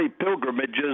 pilgrimages